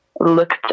looked